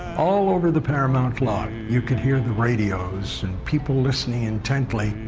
all over the paramount lot you could hear the radios and people listening intently.